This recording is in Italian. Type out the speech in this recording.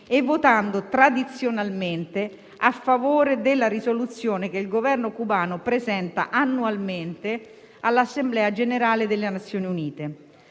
e votando tradizionalmente a favore della risoluzione che il Governo cubano presenta annualmente all'Assemblea generale delle Nazioni Unite.